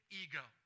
ego